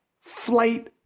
flight